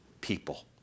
people